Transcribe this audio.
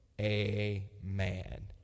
amen